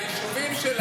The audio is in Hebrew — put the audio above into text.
ליישובים שלנו,